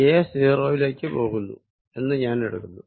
a 0 യിലേക്ക് പോകുന്നു എന്ന് ഞാൻ എടുക്കുന്നു